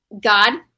God